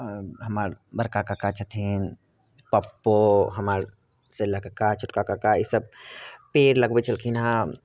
हमर बड़का कक्का छथिन पप्पो हमर सेंझिला कक्का छोटका कक्का ई सब पेड़ लगबै छलखिन हँ